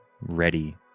ready